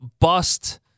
bust